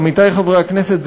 עמיתי חברי הכנסת,